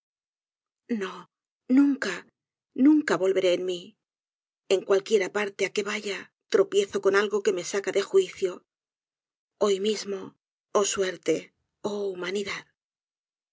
no nunca nunca volveré en mí en cualquiera parte á que vaya tropiezo con algo que me saca de juicio hoy mismo oh suerte oh humanidad